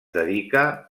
dedica